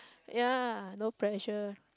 ya no pressure